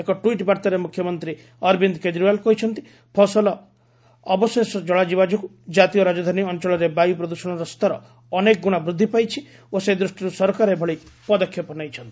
ଏକ ଟ୍ୱିଟ୍ ବାର୍ଭାରେ ମୁଖ୍ୟମନ୍ତ୍ରୀ ଅରବିନ୍ଦ କେଜରିଓ୍ୱାଲ୍ କହିଛନ୍ତି ଫସଲ ଅବସଶେଷ ଜଳାଯିବା ଯୋଗୁଁ ଜାତୀୟ ରାଜଧାନୀ ଅଞ୍ଚଳରେ ବାୟୁ ପ୍ରଦ୍ଷଣର ସ୍ତର ଅନେକଗୁଣା ବୃଦ୍ଧି ପାଇଛି ଓ ସେ ଦୃଷ୍ଟିର୍ ସରକାର ଏଭଳି ପଦକ୍ଷେପ ନେଇଛନ୍ତି